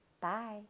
Bye